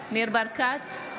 ניר ברקת,